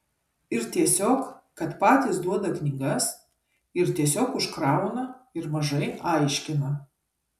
ir tiesiog kad patys duoda knygas ir tiesiog užkrauna ir mažai aiškina